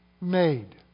made